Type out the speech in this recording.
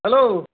hello